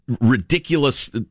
ridiculous